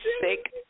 sick